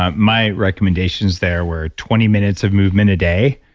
ah my recommendations there were twenty minutes of movement a day,